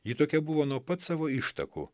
ji tokia buvo nuo pat savo ištakų